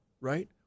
right